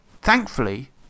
thankfully